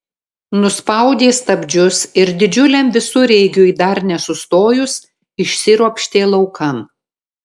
nuspaudė stabdžius ir didžiuliam visureigiui dar nesustojus išsiropštė laukan